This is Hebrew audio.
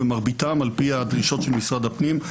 ומרביתם על פי הדרישות של משרד הפנים.